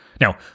Now